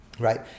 right